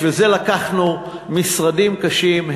בשביל זה לקחנו משרדים קשים,